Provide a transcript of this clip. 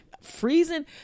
freezing